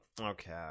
okay